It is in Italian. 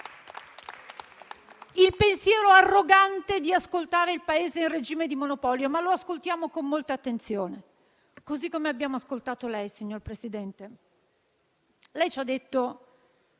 il pensiero arrogante di farlo in regime di monopolio; lo ascoltiamo con molta attenzione, così come abbiamo ascoltato lei, signor Presidente. Lei, presidente